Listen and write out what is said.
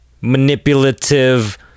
manipulative